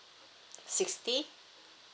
sixty